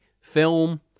film